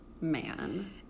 man